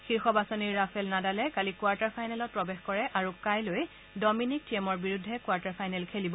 শীৰ্ষ বাছনিৰ ৰাফেল নাডালে কালি কোৱাৰ্টাৰ ফাইনেলত প্ৰৱেশ কৰে আৰু কাইলৈ ডমিনিক থিয়েমৰ বিৰুদ্ধে কোৱাৰ্টাৰ ফাইনেল খেলিব